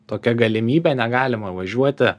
tokia galimybė negalima važiuoti